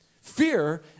Fear